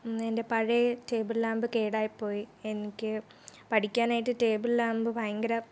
അന്നെൻ്റെ പഴയ table lamp കേടായിപ്പോയി എനിക്ക് പഠിക്കാനായിട്ട് ടേബിൾ ലാംബ് ഭയങ്കര